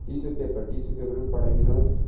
tissue paper tissue paper पनि पठाइ दिनुहोस्